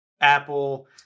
Apple